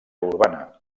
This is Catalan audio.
urbana